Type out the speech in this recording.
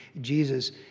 Jesus